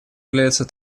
является